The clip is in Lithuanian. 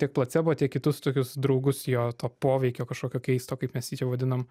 tiek placebo tiek kitus tokius draugus jo to poveikio kažkokio keisto kaip mes jį vadinam